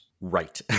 Right